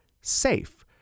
SAFE